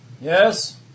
yes